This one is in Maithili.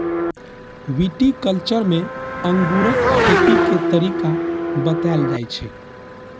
विटीकल्च्चर मे अंगूरक खेती के तरीका बताएल जाइ छै